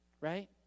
right